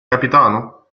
capitano